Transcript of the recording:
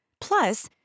Plus